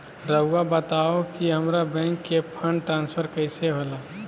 राउआ बताओ कि हामारा बैंक से फंड ट्रांसफर कैसे होला?